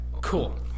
Cool